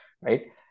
right